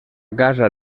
casa